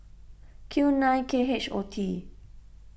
Q nine K H O T